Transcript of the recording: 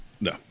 No